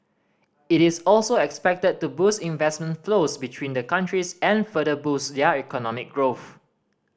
it is also expected to boost investment flows between the countries and further boost their economic growth